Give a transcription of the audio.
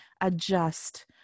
adjust